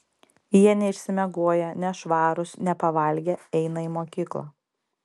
jie neišsimiegoję nešvarūs nepavalgę eina į mokyklą